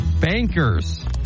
Bankers